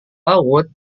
laut